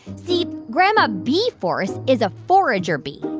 see grandma bee-force is a forager bee,